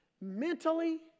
mentally